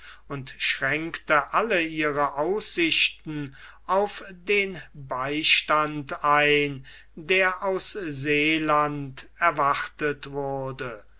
und schränkte alle ihre aussichten auf den beistand ein der aus seeland erwartet wurde